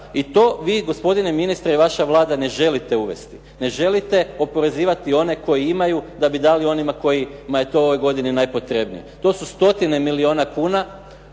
i to vi gospodine ministre i vaša Vlada ne želite uvesti. Ne želite oporezivati one koji imaju da bi dali onima kojima je to ove godine najpotrebnije. To su stotine milijuna kuna